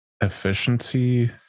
efficiency